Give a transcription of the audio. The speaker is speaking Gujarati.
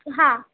હા